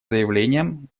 заявлением